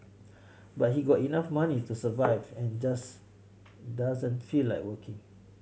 but he got enough money to survive and just doesn't feel like working